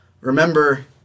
Remember